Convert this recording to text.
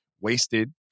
wasted